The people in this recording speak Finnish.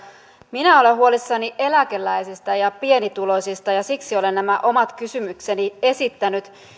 minä olen huolissani eläkeläisistä ja pienituloisista ja siksi olen nämä omat kysymykseni esittänyt